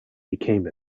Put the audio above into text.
became